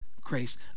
Grace